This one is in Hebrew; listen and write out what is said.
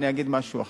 אני אגיד משהו אחר: